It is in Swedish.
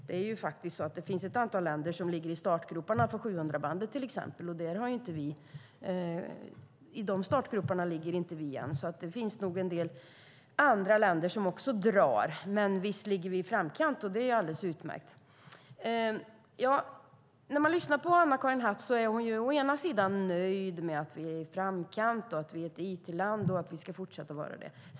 Det är faktiskt så att det finns ett antal länder som ligger i startgroparna för 700-bandet till exempel. I de startgroparna ligger inte vi än, så det finns nog en del andra länder som också drar. Men visst ligger vi i framkant, och det är alldeles utmärkt. När man lyssnar på Anna-Karin Hatt kan man höra att hon å ena sidan är nöjd med att vi är i framkant, att vi är ett it-land och att vi ska fortsätta vara det.